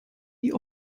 die